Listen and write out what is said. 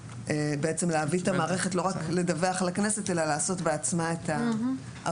בעצם להביא את המערכת לא רק לדווח לכנסת אלא לעשות בעצמה את העבודה.